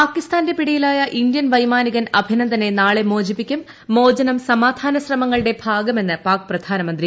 പാകിസ്ഥാന്റെ പിടിയിലായ കൃഇ്ത്യൻ വൈമാനികൻ അഭിനന്ദനെ നാളെ മോചിപ്പിക്കും മോചനം സമാധാന ശ്രമങ്ങളുടെ ഭാഗമെന്ന് പാക് പ്രധാനമന്ത്രി